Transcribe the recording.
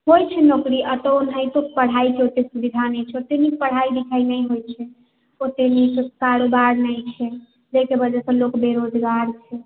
होइ छै नौकरी अतत पढ़ाइके सुविधा नहि छै नीक पढ़ाइ लिखाइ नहि होइ छै ओत्ते कारबार नहि छै जेहिके वजहसे लोक बेरोजगार छै